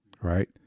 right